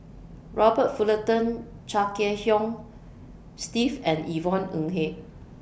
Robert Fullerton Chia Kiah Hong Steve and Yvonne Ng Uhde